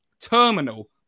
terminal